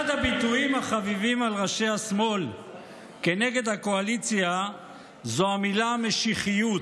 אחד הביטויים החביבים על ראשי השמאל נגד הקואליציה זו המילה "משיחיות"